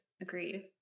Agreed